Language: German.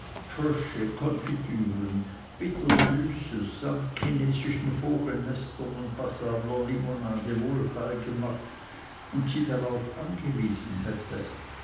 frösche konfitüren bittersüßes samt chinesischen vogelnestern und passabler limonade wohlfeil gemacht und darauf sie angewiesen hätte